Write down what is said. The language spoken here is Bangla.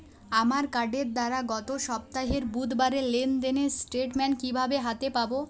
আমার কার্ডের দ্বারা গত সপ্তাহের বুধবারের লেনদেনের স্টেটমেন্ট কীভাবে হাতে পাব?